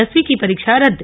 दसवीं की परीक्षा र द्द